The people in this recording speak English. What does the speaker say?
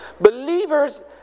Believers